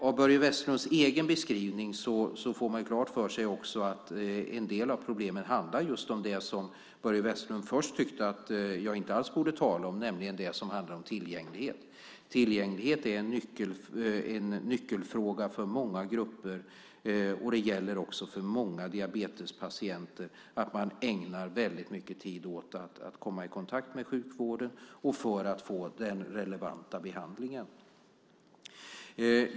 Av Börje Vestlunds egen beskrivning får man också klart för sig att en del av problemet handlar om det som Börje Vestlund först inte tyckte att jag alls skulle tala om, nämligen tillgänglighet. Tillgänglighet är en nyckelfråga för många grupper, och det gäller också för många diabetespatienter att man ägnar väldigt mycket tid åt att komma i kontakt med sjukvården och för att få den relevanta behandlingen.